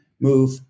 move